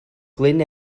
glyn